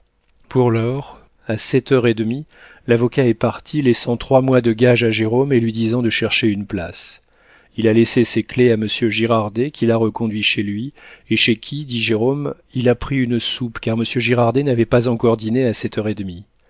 pour lors à sept heures et demie l'avocat est parti laissant trois mois de gages à jérôme et lui disant de chercher une place il a laissé ses clefs à monsieur girardet qu'il a reconduit chez lui et chez qui dit jérôme il a pris une soupe car monsieur girardet n'avait pas encore dîné à sept heures et demie